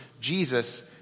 Jesus